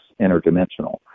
interdimensional